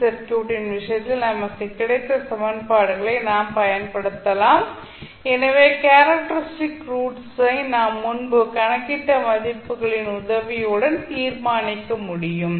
C சர்க்யூட்டின் விஷயத்தில் நமக்கு கிடைத்த சமன்பாடுகளை நாம் பயன்படுத்தலாம் எனவே கேரக்டரிஸ்டிக் ரூட்ஸை நாம் முன்பு கணக்கிட்ட மதிப்புகளின் உதவியுடன் தீர்மானிக்க முடியும்